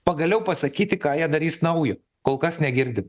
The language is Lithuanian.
pagaliau pasakyti ką jie darys naujo kol kas negirdim